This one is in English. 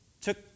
took